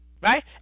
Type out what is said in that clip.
right